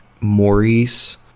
Maurice